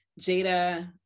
Jada